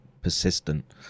persistent